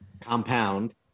Compound